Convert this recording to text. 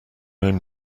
own